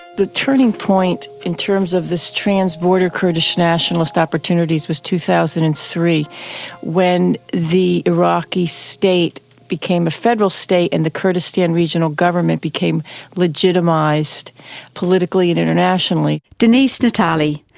the turning point in terms of this transborder kurdistan nationalist opportunities was two thousand and three when that the iraqi state became a federal state and the kurdistan regional government became legitimised politically and internationally. denise natali,